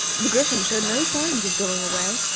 the griffin showed no signs of going away,